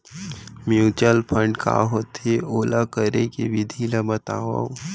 mutual fund का होथे, ओला करे के विधि ला बतावव